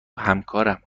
همکارم